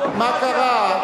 מה קרה?